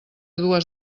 dues